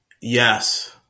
yes